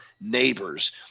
neighbors